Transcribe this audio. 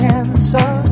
answer